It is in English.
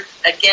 again